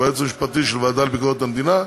שהוא היועץ המשפטי של הוועדה לביקורת המדינה,